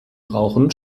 brauchen